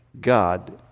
God